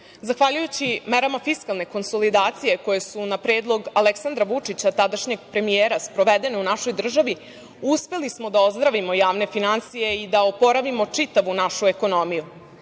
Zahvaljujući merama fiskalne konsolidacije koje su na predlog Aleksandra Vučića, tadašnjeg premijera sprovedene u našoj državi uspeli smo da ozdravimo javne finansije i da oporavimo čitavu našu ekonomiju. Šta